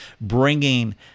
bringing